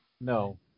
No